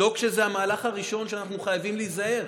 לא כשזה המהלך הראשון, כשאנחנו חייבים להיזהר.